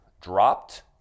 dropped